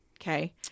okay